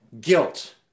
Guilt